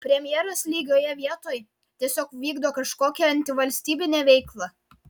premjeras lygioje vietoj tiesiog vykdo kažkokią antivalstybinę veiklą